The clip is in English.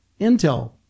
intel